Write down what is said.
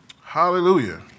Hallelujah